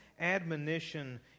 admonition